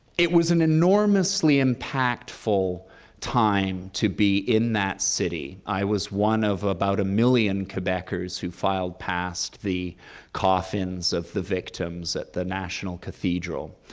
it was an enormously impactful time to be in that city. i was one of about a million quebeckers who filed past the coffins of the victims at the national cathedral,